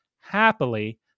Happily